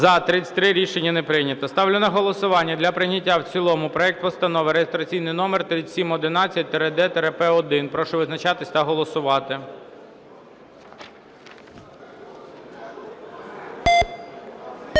За-33 Рішення не прийнято. Ставлю на голосування для прийняття в цілому проекту Постанови реєстраційний номер 3711-д-П1. Прошу визначатися та голосувати.